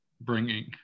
bringing